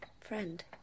friend